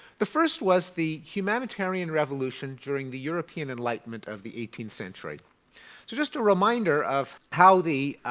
the first was the humanitarian revolution during the european enlightenment of the eighteenth century. so just a reminder of how the